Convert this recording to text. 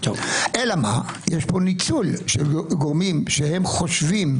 אלא מה - יש פה ניצול של גורמים שחושבים,